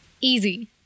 easy